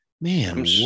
Man